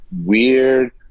weird